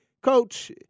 Coach